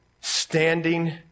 standing